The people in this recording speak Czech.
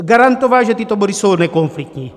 Garantoval, že tyto body jsou nekonfliktní.